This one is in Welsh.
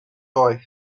gwaith